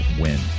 win